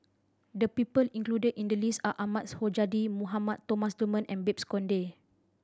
the people included in the list are Ahmad Sonhadji Mohamad Thomas Dunman and Babes Conde